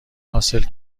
حاصل